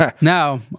Now